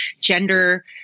gender